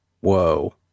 Whoa